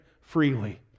freely